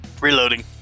Reloading